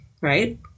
right